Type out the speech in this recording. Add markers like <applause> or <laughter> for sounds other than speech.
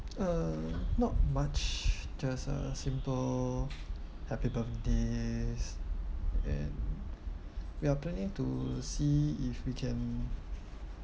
uh not much just a simple happy birthday and <breath> we are planning to see if we can